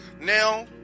Now